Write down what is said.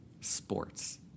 Sports